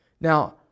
Now